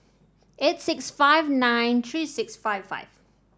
eight six five nine three six five five